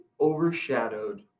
overshadowed